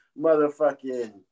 Motherfucking